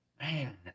Man